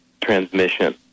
transmission